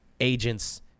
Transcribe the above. agents